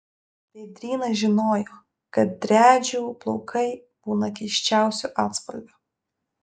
vėdrynas žinojo kad driadžių plaukai būna keisčiausių atspalvių